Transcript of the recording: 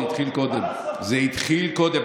זה התחיל קודם, זה התחיל קודם.